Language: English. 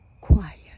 quiet